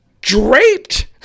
draped